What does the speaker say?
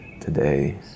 today